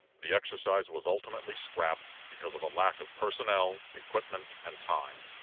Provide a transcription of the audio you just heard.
the exercise was ultimately scrapped because of a lack of personnel, equipment, and time.